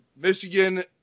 Michigan